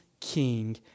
king